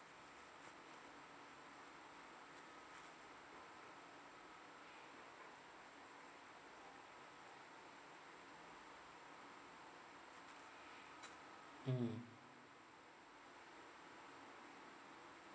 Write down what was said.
mm